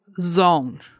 zone